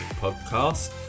Podcast